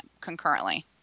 concurrently